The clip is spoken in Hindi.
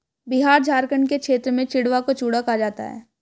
बिहार झारखंड के क्षेत्र में चिड़वा को चूड़ा कहा जाता है